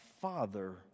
Father